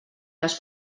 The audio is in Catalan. les